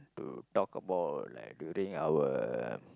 to talk about like during our